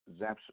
zaps